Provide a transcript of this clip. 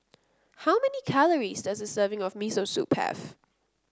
how many calories does a serving of Miso Soup have